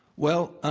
well,